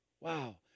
Wow